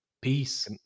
Peace